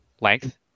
length